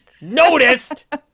noticed